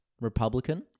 Republican